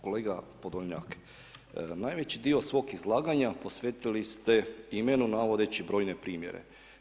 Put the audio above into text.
Kolega Podolnjak, najveći dio svog izlaganja posvetili ste imenu navodeći brojne primjere.